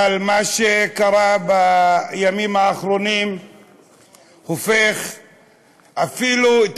אבל מה שקרה בימים האחרונים הופך אפילו את